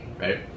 right